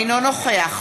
אינו נוכח